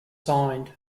signed